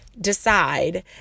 decide